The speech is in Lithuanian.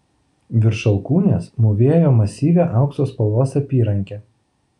virš alkūnės mūvėjo masyvią aukso spalvos apyrankę